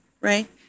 right